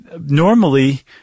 Normally